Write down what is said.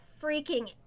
freaking